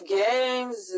games